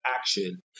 action